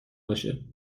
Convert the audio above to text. باشه